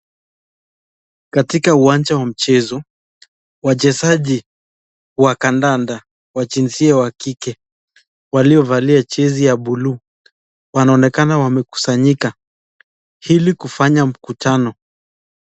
Katika uwanja wa mchezo, wachezaji wa kadada wa jinsia wa kike waliovalia jezi ya buluu wanaonekana wamekusanyika ili kufanya mkutano.